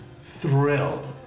thrilled